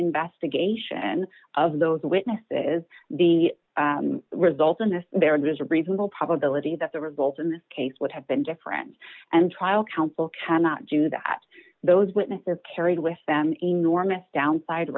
investigation of those witnesses the result and if there is a reasonable probability that the result in this case would have been different and trial counsel cannot do that those witness their carried with them enormous downside